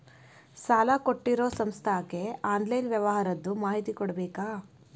ಸಾಲಾ ಕೊಟ್ಟಿರೋ ಸಂಸ್ಥಾಕ್ಕೆ ಆನ್ಲೈನ್ ವ್ಯವಹಾರದ್ದು ಮಾಹಿತಿ ಕೊಡಬೇಕಾ?